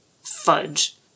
Fudge